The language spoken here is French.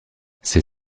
ces